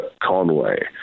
conway